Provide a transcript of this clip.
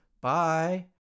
bye